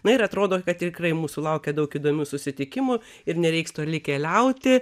na ir atrodo kad tikrai mūsų laukia daug įdomių susitikimų ir nereiks toli keliauti